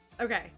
okay